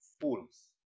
fools